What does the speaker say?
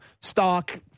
stock –